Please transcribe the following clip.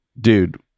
dude